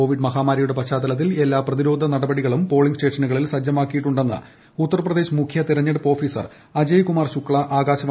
Covid മഹാമാരിയുടെ പശ്ചാത്തലത്തിൽ എല്ലാ പ്രതിരോധ നടപടികളും പോളിങ് സ്റ്റേഷനുകളിൽ സജ്ജമാക്കിയിട്ടുണ്ടെന്ന് ഉത്തർപ്രദേശ് മുഖ്യ തിരഞ്ഞെടുപ്പ് ഓഫീസർ അജയകുമാർ ശുക്സ ആകാശവാണി യോട് പറഞ്ഞു